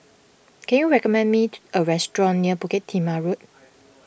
can you recommend me a restaurant near Bukit Timah Road